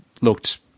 looked